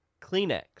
kleenex